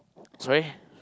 sorry